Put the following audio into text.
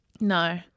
No